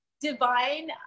divine